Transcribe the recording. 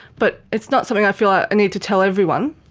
but it's not something i feel i need to tell everyone,